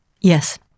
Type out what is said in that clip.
Yes